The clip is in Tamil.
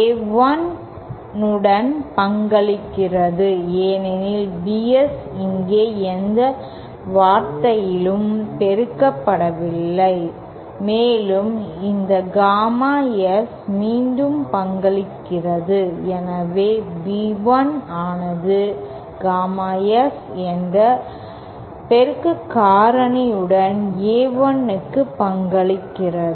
A 1 உடன் பங்களிக்கிறது ஏனெனில் BS இங்கே எந்த வார்த்தையினாலும் பெருக்கப்படவில்லை மேலும் இந்த காமா S மீண்டும் பங்களிக்கிறது எனவே B 1 ஆனது காமா S என்ற பெருக்க காரணி உடன் A1 க்கு பங்களிக்கிறது